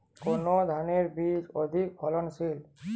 কোন ধানের বীজ অধিক ফলনশীল?